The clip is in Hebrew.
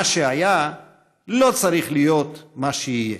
מה שהיה לא צריך להיות מה שיהיה.